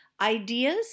ideas